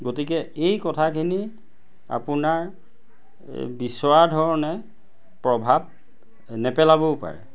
গতিকে এই কথাখিনি আপোনাৰ বিচৰা ধৰণে প্ৰভাৱ নেপেলাবও পাৰে